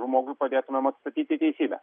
žmogui padėtumėm atstatyti teisybę